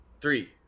three